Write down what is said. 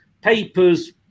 papers